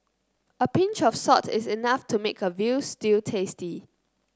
a pinch of salt is enough to make a veal stew tasty